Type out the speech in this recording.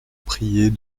prier